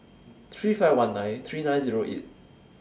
three five one nine three nine Zero eight